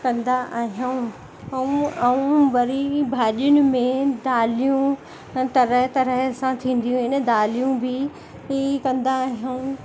कंदा आहियूं ऐं ऐं वरी भाॼियुनि में दालियूं तरह तरह सां थींदियूं आहिनि दालियूं बि ईअं ई कंदा आहियूं